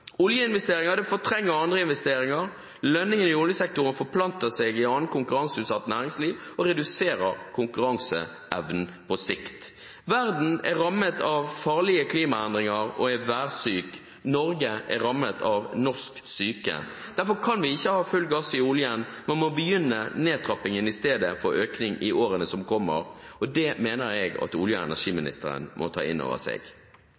Oljeinvesteringer fortrenger andre investeringer. Lønningene i oljesektoren forplanter seg i annen konkurranseutsatt næringsliv og reduserer konkurranseevnen på sikt. Verden er rammet av farlige klimaendringer og er værsyk. Norge er rammet av norsk syke. Derfor kan vi ikke gi full gass i oljen, men begynne nedtrappingen i stedet for å øke i årene som kommer, og det mener jeg at olje- og energiministeren må ta inn over seg.